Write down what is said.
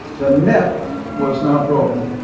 the net was not broken.